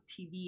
TV